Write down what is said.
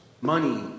Money